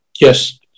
Yes